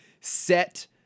set